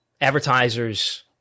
advertisers